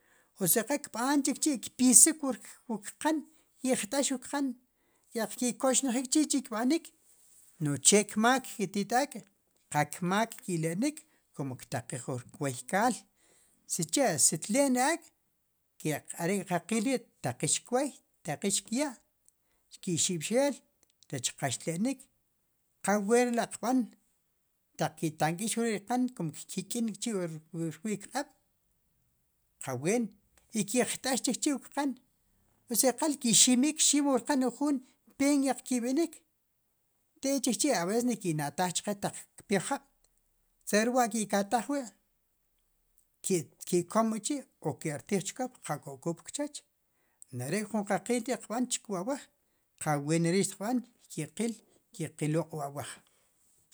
U si qa kb'an chik chi' kpisik wu kqan ki' jt'ax wu kqan eq ki koxnjik che k'chi' xtb'anik nu che kmaak ke ti't ak' qa kmaak ki' lenik como ktaqij wu kway kaal sicha' si tle'n ri ak' ke'q are' qe qiil ri' ttaqix kwoy ttaqix kya' xki'xib'xeel rech qa xle'nik qawen laq' b'an taq ki' tank'ix rwi' kqan como kkik'in k'chi wu rwi' kq'ab' qawen i ki' jt'ax chik chi wu kqan i si qal ki ximik kxiim rqan wu jun peen eq ki b'inik tek'chikchi' a veces ni ki nata'j chqe taq kpe' jab' saber wa ki' kataj wi' ki komk'chi o ker tij chkop qa kokul pkchech nu arek' jun qe qiil ri qb'an chku wu awoj qa wen ri ri' xtqb'an xke qil xke qiloq' wu awaj